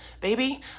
baby